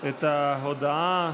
את ההודעה.